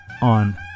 on